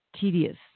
tedious